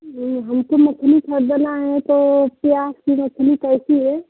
हमको मछली खरीदना है तो क्या कि मछली कैसी है